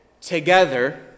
together